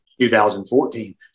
2014